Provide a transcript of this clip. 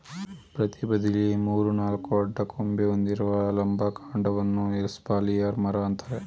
ಪ್ರತಿ ಬದಿಲಿ ಮೂರು ನಾಲ್ಕು ಅಡ್ಡ ಕೊಂಬೆ ಹೊಂದಿರುವ ಲಂಬ ಕಾಂಡವನ್ನ ಎಸ್ಪಾಲಿಯರ್ ಮರ ಅಂತಾರೆ